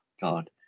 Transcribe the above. God